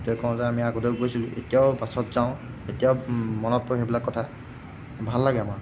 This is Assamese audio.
এইটোৱে কওঁ যে আমি আগতেও গৈছিলো এতিয়াও বাছত যাওঁ এতিয়াও মনত পৰে সেইবিলাক কথা ভাল লাগে আমাৰ